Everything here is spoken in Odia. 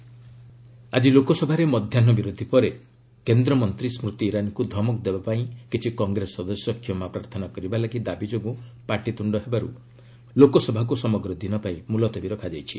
ଏଲ୍ ଏସ୍ ଆଡଜର୍ଣ୍ଣଡ୍ ଆଜି ଲୋକସଭାରେ ମଧ୍ୟାହୁ ବିରତି ପରେ କେନ୍ଦ୍ରମନ୍ତ୍ରୀ ସ୍କୃତି ଇରାନୀଙ୍କୁ ଧମକ ଦେବା ପାଇଁ କିଛି କଂଗ୍ରେସ ସଦସ୍ୟ କ୍ଷମାପ୍ରାର୍ଥନା କରିବା ଲାଗି ଦାବି ଯୋଗୁଁ ପାଟିତ୍ରୁଣ୍ଣ ହେବାରୁ ଲୋକସଭାକୁ ସମଗ୍ର ଦିନ ପାଇଁ ମୁଲତବୀ ରଖାଯାଇଛି